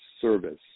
service